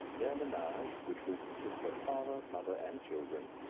their menage, which will consist of father, mother, and children,